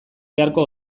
beharko